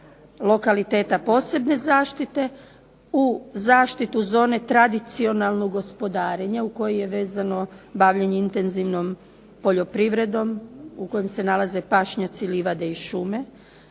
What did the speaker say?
lokaliteta posebne zaštite u zaštitu zone tradicionalnog gospodarenja uz koju je vezano bavljenje intenzivnom poljoprivredom, u kojem se nalaze pašnjaci, livade i šume,